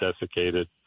desiccated